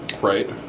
Right